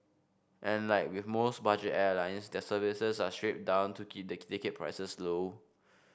and like with most budget airline their services are stripped down to keep the ticket prices low